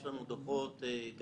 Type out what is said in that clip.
יש לנו גם דוחות מיידיים.